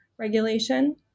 Regulation